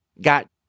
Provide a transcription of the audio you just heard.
got